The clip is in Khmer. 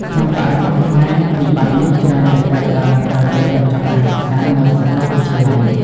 ក្នុងបរិបទខ្មែរ វិបត្តិនេះច្រើនតែកើតឡើងក្រោយពេលបញ្ចប់ការសិក្សានៅសាកលវិទ្យាល័យ។